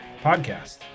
Podcast